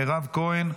מירב כהן,